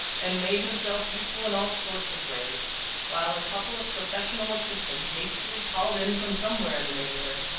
and made himself useful in all sorts of ways while a couple of professional assistants, hastily called in from somewhere in the neighbourhood,